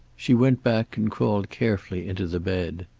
she went back and crawled carefully into the bed.